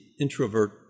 introvert